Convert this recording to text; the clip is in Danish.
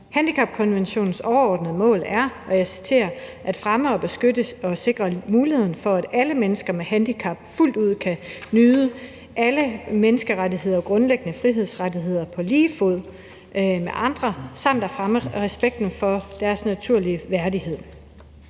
Handicapkonventionens overordnede mål er, og jeg citerer: »at fremme og beskytte og sikre muligheden for, at alle mennesker med handicap fuldt ud kan nyde alle menneskerettigheder og grundlæggende frihedsrettigheder på lige fod med andre samt at fremme respekten for deres naturlige værdighed.«